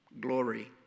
glory